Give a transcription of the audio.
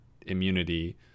immunity